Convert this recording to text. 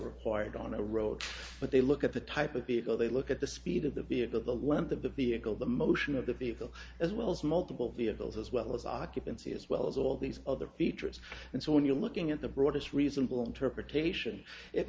reported on a road but they look at the type of vehicle they look at the speed of the vehicle the one of the vehicle the motion of the vehicle as well as multiple vehicles as well as occupancy as well as all these other features and so when you're looking at the broadest reasonable interpretation it